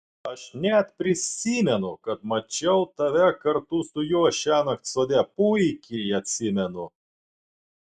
aš net prisimenu kad mačiau tave kartu su juo šiąnakt sode puikiai atsimenu